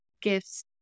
gifts